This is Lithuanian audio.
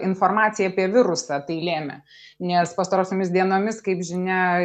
informacija apie virusą tai lėmė nes pastarosiomis dienomis kaip žinia